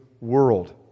world